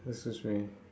excuse me